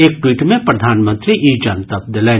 एक ट्वीट मे प्रधानमंत्री ई जनतब देलनि